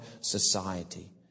society